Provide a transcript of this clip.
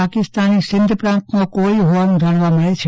પાકિસ્તાની સિંધ પ્રાંતનો હોવાનું જાણવા મળે છે